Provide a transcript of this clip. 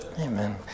Amen